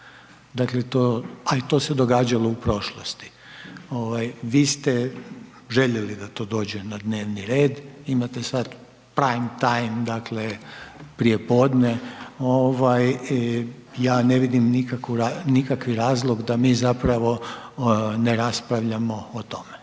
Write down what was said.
a i to se događalo u prošlosti. Vi ste željeli da to dođe na dnevni red, imate sad …/Govornik se ne razumije/…dakle, prijepodne i ja ne vidim nikakvi razlog da mi zapravo ne raspravljamo o tome.